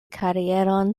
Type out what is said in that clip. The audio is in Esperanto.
karieron